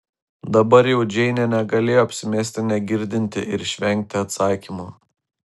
dabar jau džeinė negalėjo apsimesti negirdinti ir išvengti atsakymo